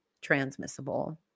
transmissible